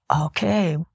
okay